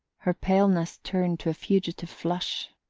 her paleness turned to a fugitive flush.